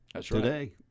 today